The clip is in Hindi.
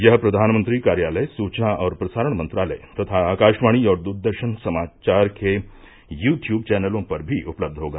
यह प्रधानमंत्री कार्यालय सूचना और प्रसारण मंत्रालय तथा आकाशवाणी और दूरदर्शन समाचार के यू ट्यूब चौनलों पर भी उपलब्ध होगा